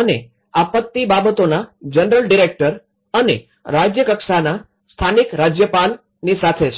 અને આપત્તિ બાબતોના જનરલ ડિરેક્ટર અને રાજ્ય કક્ષાના સ્થાનિક રાજ્યપાલ સાથે છે